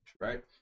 right